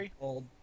old